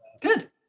good